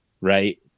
right